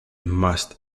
must